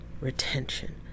retention